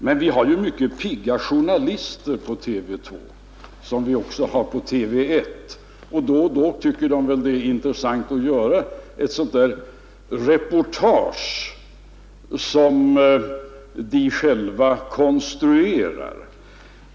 Men vi har mycket pigga journalister på TV 2, och också på TV 1, och då och då tycker de väl att det är intressant att göra ett sådant där reportage som de själva konstruerar.